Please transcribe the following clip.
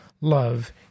love